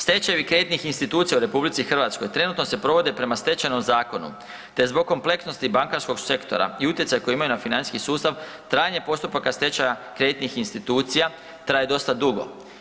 Stečajevi kreditnih institucija u RH trenutno se provode prema Stečajnom zakonu te zbog kompleksnosti bankarskog sektora i utjecaja koji imaju na financijski sustav, trajanje postupaka stečaja kreditnih institucija traje dosta dugo.